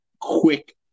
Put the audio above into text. quick